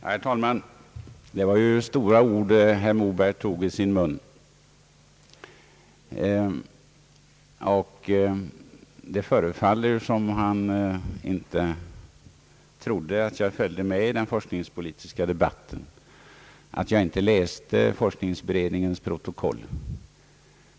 Herr talman! Det var ju stora ord herr Moberg tog i sin mun. Det förefaller som om han inte trodde att jag följde med i den forskningspolitiska debatten och att jag inte läste forskningsberedningens protokoll.